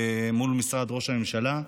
מול משרד ראש הממשלה,